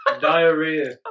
diarrhea